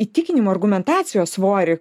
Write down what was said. įtikinimo argumentacijos svorį